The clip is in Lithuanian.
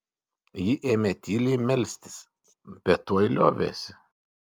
ji ėmė tyliai melstis bet tuoj liovėsi